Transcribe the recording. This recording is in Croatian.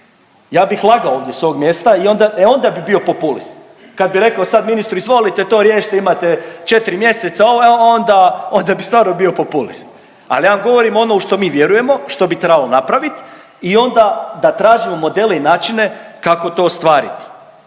ja bih lagao ovdje s ovog mjesta i onda, e onda bi bio populist. Kad bih rekao sad ministru izvolite to riješiti imate 4 mjeseca, e onda onda bi stvarno bio populist. Ali ja govorim ono u što mi vjerujemo, što bi trebalo napravit i onda da tražimo modele i načine kako to ostvariti.